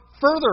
further